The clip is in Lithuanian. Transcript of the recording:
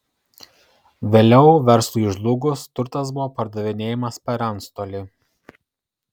vėliau verslui žlugus turtas buvo pardavinėjamas per antstolį